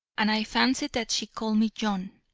and i fancied that she called me john,